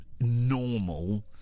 normal